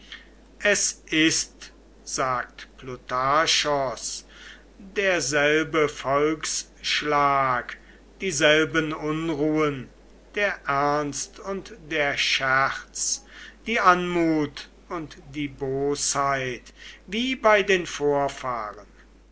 es ist sagt plutarchos derselbe volksschlag dieselben unruhen der ernst und der scherz die anmut und die bosheit wie bei den vorfahren